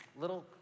little